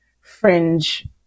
fringe